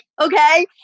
okay